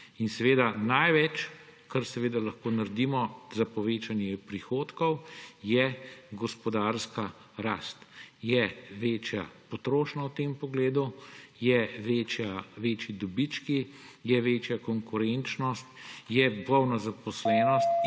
In največ, kar lahko naredimo za povečanje prihodkov, je gospodarska rast, je večja potrošnja v tem pogledu, so večji dobički, je večja konkurenčnost, je polna zaposlenost.